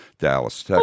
dallas